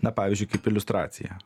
na pavyzdžiui kaip iliustracija